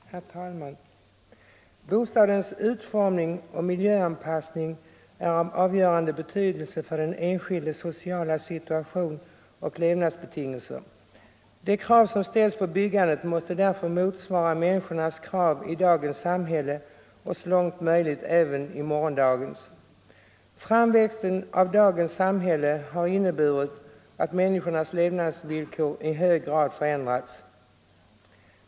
Herr talman! Bostadens utformning och miljöanpassning är av avgörande betydelse för den enskildes sociala situation och levnadsbetingelser. De krav som ställs på byggandet måste därför motsvara människornas krav i dagens samhälle och så långt möjligt även i morgondagens. Framväxten av dagens samhälle har inneburit att människornas levnadsvillkor i hög grad förändrats.